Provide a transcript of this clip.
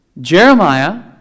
Jeremiah